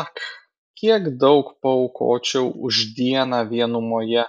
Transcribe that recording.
ak kiek daug paaukočiau už dieną vienumoje